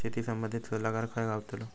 शेती संबंधित सल्लागार खय गावतलो?